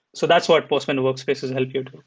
so that's what postman workspaces help you do.